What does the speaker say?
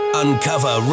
uncover